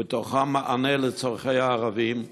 ובתוכן מענה לצורכי הערבים.